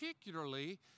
particularly